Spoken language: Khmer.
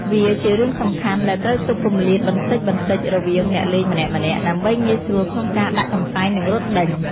វាជារឿងសំខាន់ដែលត្រូវទុកគម្លាតបន្តិចៗរវាងអ្នកលេងម្នាក់ៗ ដើម្បីងាយស្រួលក្នុងការដាក់កន្សែង និងរត់ដេញ។